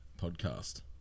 podcast